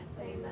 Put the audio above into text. Amen